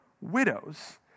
widows